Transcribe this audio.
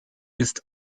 ist